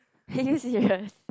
are you serious